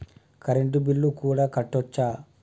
Current bill కూడా కట్టొచ్చా?